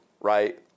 right